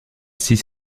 six